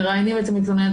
מראיינים את המתלוננת.